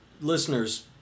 listeners